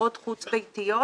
במסגרות חוץ ביתיות.